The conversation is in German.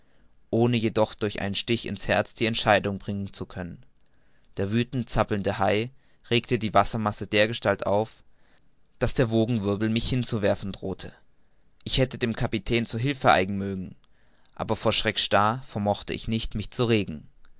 ohne jedoch durch einen stich in's herz die entscheidung geben zu können der wüthend zappelnde hai regte die wassermasse dergestalt auf daß der wogenwirbel mich hinzuwerfen drohte ich hätte dem kapitän zu hilfe eilen mögen aber vor schrecken starr vermochte ich mich nicht zu regen